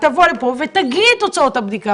תבוא לפה ותגיד את תוצאות הבדיקה.